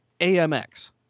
AMX